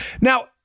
now